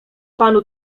panu